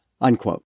unquote